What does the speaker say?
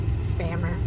Spammer